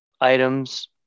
items